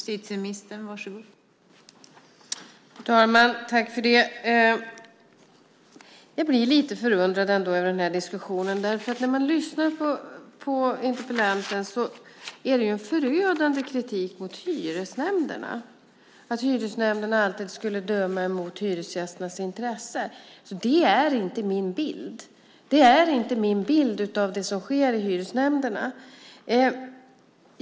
Fru talman! Jag blir lite förundrad över diskussionen. Interpellanten för fram en förödande kritik mot hyresnämnderna. Hyresnämnderna skulle alltid döma mot hyresgästernas intressen. Det är inte min bild av det som sker i hyresnämnderna.